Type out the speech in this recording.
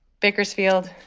bakersfield,